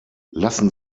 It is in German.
lassen